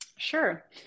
Sure